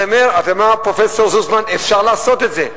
אז אמר פרופסור זוסמן: אפשר לעשות את זה,